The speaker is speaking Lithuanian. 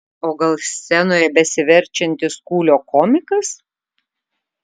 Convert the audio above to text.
o gal scenoje besiverčiantis kūlio komikas